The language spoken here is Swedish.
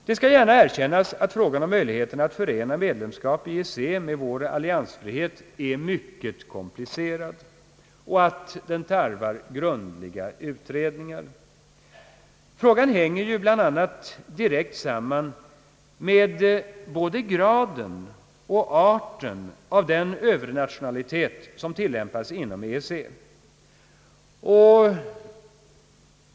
Det skall gärna erkännas att frågan om möjligheten att förena medlemsskap i EEC med vår alliansfrihet är mycket komplicerad och att den tarvar grundliga utredningar. Frågan hänger bl.a. direkt samman med såväl graden som arten av den övernationalitet som tilllämpas inom EEC.